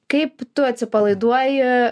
kaip tu atsipalaiduoji